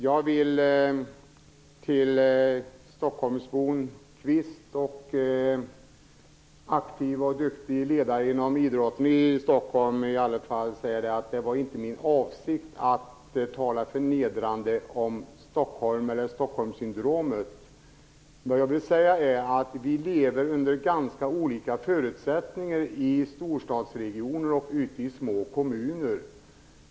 Jag vill till stockholmsbon Kenneth Kvist och aktiva och duktiga ledare inom idrotten i Stockholm säga att det inte var min avsikt att tala förnedrande om Stockholm eller Stockholmssyndromet. Vad jag vill säga är att människor i storstadsregioner och människor ute i små kommuner lever under ganska olika förutsättningar.